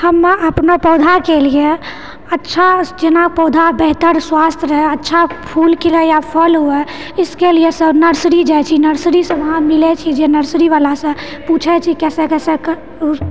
हम अपनो पौधा केलिए अच्छा जेना पौधा बेहतर स्वास्थ्य रहए अच्छा फूल खिले या फल हुए इसके लिए सर नर्सरी जाइ छी नर्सरीसँ वहाँ मिलै छी जे नर्सरीवला से पूछए छी कैसे कैसे कऽ ओ